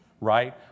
Right